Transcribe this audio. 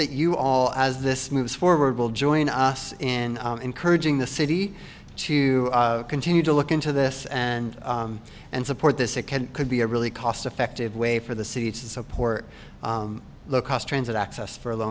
that you all as this moves forward will join us in encouraging the city to continue to look into this and and support this it can could be a really cost effective way for the city to support low cost transit access for low